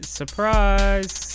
surprise